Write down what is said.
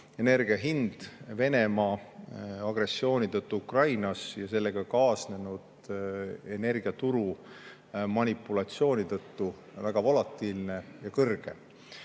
energia hind Venemaa agressiooni tõttu Ukrainas ja sellega kaasnenud energiaturu manipulatsioonide tõttu väga volatiilne ja kõrge.